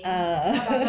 ah